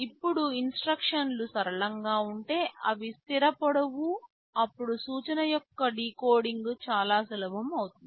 ఇప్పుడు ఇన్స్ట్రక్షన్లు సరళంగా ఉంటే అవి స్థిర పొడవు అప్పుడు సూచన యొక్క డీకోడింగ్ చాలా సులభం అవుతుంది